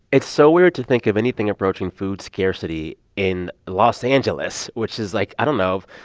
it's so weird to think of anything approaching food scarcity in los angeles, which is, like i don't know.